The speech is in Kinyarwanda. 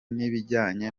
n’ibijyanye